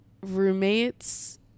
roommates